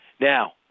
Now